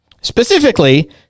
Specifically